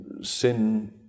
sin